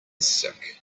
sick